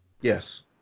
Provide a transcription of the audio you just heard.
Yes